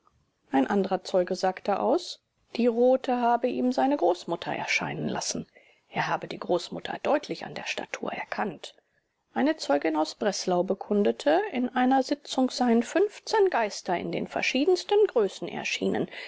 ein anderer zeuge sagte aus die rothe habe ihm seine großmutter erscheinen lassen er habe die großmutter deutlich an der statur erkannt eine zeugin aus breslau bekundete in einer sitzung seien geister in den verschiedensten größen erschienen